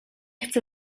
chcę